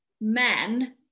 men